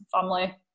family